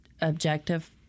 objective